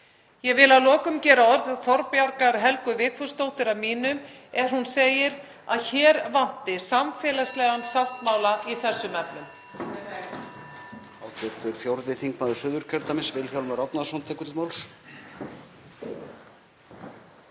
Ég vil að lokum gera orð Þorbjargar Helgu Vigfúsdóttur að mínum, er hún segir að hér vanti samfélagslegan sáttmála í þessum efnum.